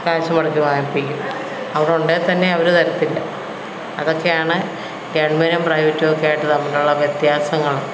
കാശ് മുടക്കി വാങ്ങിപ്പിക്കും അവിടെ ഉണ്ടേത്തന്നെ അവർ തരത്തില്ല അതൊക്കെയാണ് ഗവൺമെൻ്റും പ്രൈവറ്റുമൊക്കെ ആയിട്ട് തമ്മിലുള്ള വ്യത്യാസങ്ങൾ